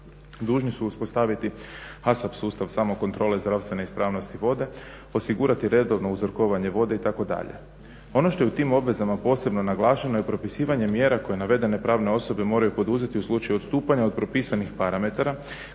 dužni su uspostaviti HASAP sustav samokontrole zdravstvene ispravnosti vode, osigurati redovno uzorkovanje vode itd. Ono što je u tim obvezama posebno naglašeno je propisivanje mjera koje navedene pravne osobe moraju poduzeti u slučaju odstupanja od propisanih parametara,